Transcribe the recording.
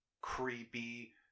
creepy